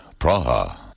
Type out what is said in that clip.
Praha